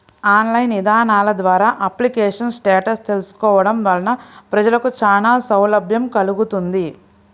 online ఇదానాల ద్వారా application status తెలుసుకోవడం వలన ప్రజలకు చానా సౌలభ్యం కల్గుతుంది